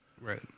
Right